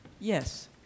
Yes